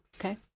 okay